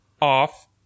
off